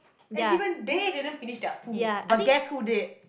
and even they didn't finish their food but guess who did